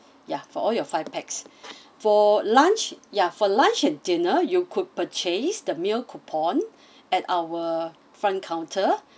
ya for all your five pax for lunch ya for lunch and dinner you could purchase the meal coupon at our front counter